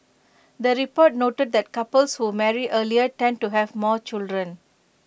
the report noted that couples who marry earlier tend to have more children